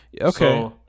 okay